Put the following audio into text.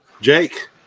Jake